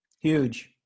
Huge